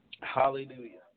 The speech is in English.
Hallelujah